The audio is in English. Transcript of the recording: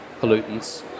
pollutants